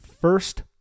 first